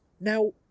now